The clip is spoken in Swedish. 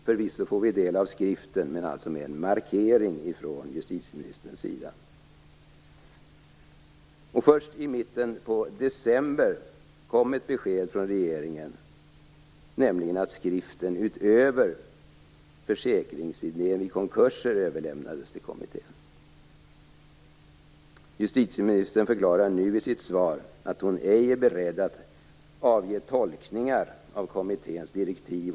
Förvisso får kommittén del av skriften, men med en markering från justitieministerns sida. Först i mitten på december kom ett besked från regeringen, nämligen att skriften utöver idén om försäkring vid konkurser överlämnades till kommittén. Justitieministern förklarar nu i sitt svar att hon inte är beredd att göra tolkningar av kommitténs direktiv.